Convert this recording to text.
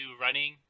running